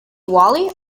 wally